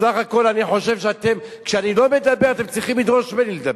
בסך הכול אני חושב שכשאני לא מדבר אתם צריכים לדרוש ממני לדבר.